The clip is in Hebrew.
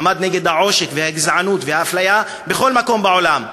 ועמד נגד העושק והגזענות והאפליה בכל מקום בעולם.